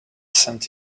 sent